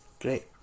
great